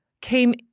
came